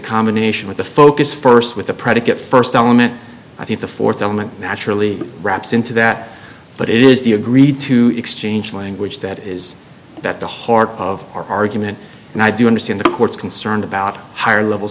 combination with the focus first with the predicate first element i think the fourth element naturally wraps into that but it is the agreed to exchange language that is that the heart of our argument and i do understand the court's concerned about higher levels